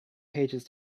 pages